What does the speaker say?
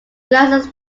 realises